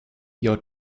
your